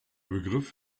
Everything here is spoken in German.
begriff